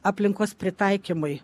aplinkos pritaikymui